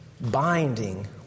binding